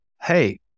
hey